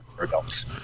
adults